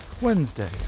Wednesday